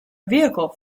vehicle